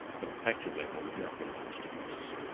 but at the factual level there's not really that much difference.